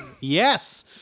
Yes